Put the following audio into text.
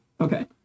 Okay